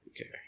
Okay